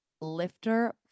lifter